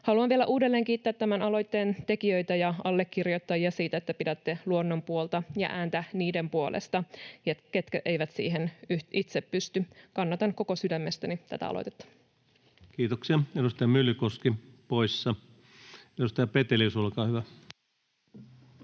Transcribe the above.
Haluan vielä uudelleen kiittää tämän aloitteen tekijöitä ja allekirjoittajia siitä, että pidätte luonnon puolta ja ääntä niiden puolesta, ketkä eivät siihen itse pysty. Kannatan koko sydämestäni tätä aloitetta. [Speech 178] Speaker: Ensimmäinen varapuhemies Antti Rinne